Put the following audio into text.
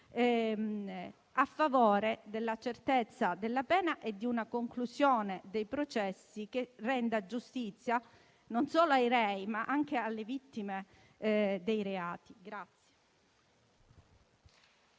a favore della certezza della pena e di una conclusione dei processi che renda giustizia non solo ai rei, ma anche alle vittime dei reati.